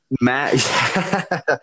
Matt